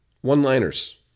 one-liners